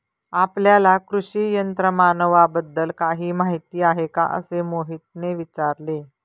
आपल्याला कृषी यंत्रमानवाबद्दल काही माहिती आहे का असे मोहितने विचारले?